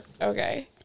Okay